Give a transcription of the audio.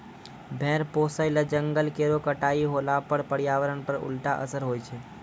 भेड़ पोसय ल जंगल केरो कटाई होला पर पर्यावरण पर उल्टा असर होय छै